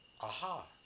aha